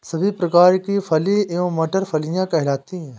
सभी प्रकार की फली एवं मटर फलियां कहलाती हैं